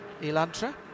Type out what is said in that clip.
Elantra